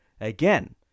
Again